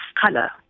color